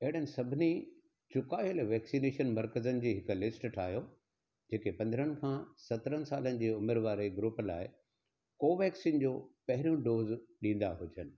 अहिड़नि सभिनी चुकायल वैक्सीनेशन मर्कज़नि जी हिकु लिस्ट ठाहियो जेके पंद्रहनि खां सत्रनि सालनि जे उमिरि वारे ग्रूप लाइ कोवेक्सीन जो पहिरियों डोज़ ॾींदा हुजनि